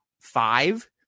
five